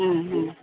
ம் ம்